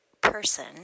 person